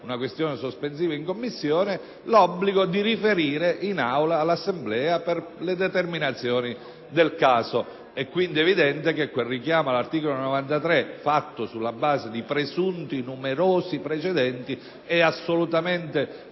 una questione sospensiva in Commissione produrrebbe, ove approvata, l'obbligo di riferire all'Assemblea per le determinazioni del caso. È quindi evidente che quel richiamo all'articolo 93, fatto sulla base di presunti numerosi precedenti, è assolutamente